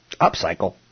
upcycle